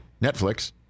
Netflix